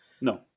No